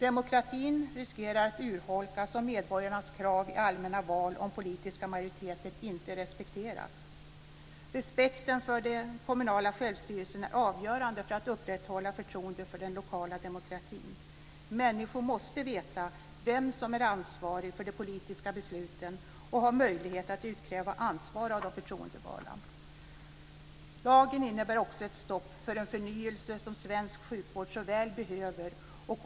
Demokratin riskerar att urholkas om medborgarnas val av politiska majoriteter i allmänna val inte respekteras. Respekten för det kommunala självstyret är avgörande för att upprätthålla förtroendet för den lokala demokratin. Människor måste veta vem som är ansvarig för de politiska besluten och ha möjlighet att utkräva ansvar av de förtroendevalda. Lagen innebär också ett stopp för den förnyelse som svensk sjukvård så väl behöver.